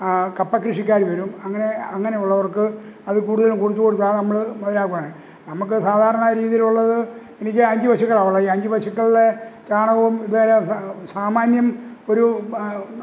കപ്പ കൃഷിക്കാര് വരും അങ്ങനെ അങ്ങനെയുള്ളവർക്ക് അത് കൂടുതലും കൊടുത്ത് കൊടുത്ത് അത് നമ്മള് നമ്മളിതാക്കുകയാണ് നമുക്ക് സാധാരണ രീതിയിലുള്ളത് എനിക്ക് അഞ്ചു പശുക്കളാണ് ഉള്ളത് ഈ അഞ്ച് പശുക്കളില് ചാണകവും സാമാന്യം ഒരു